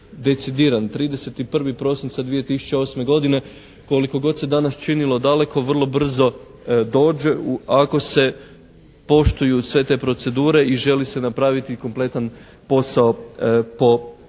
decidiran, 31. prosinca 2008. godine, koliko god se danas činilo daleko, vrlo brzo dođe ako se poštuju sve te procedure i želi se napraviti kompletan posao po pravilima.